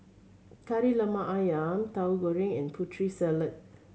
Kari Lemak Ayam Tauhu Goreng and Putri Salad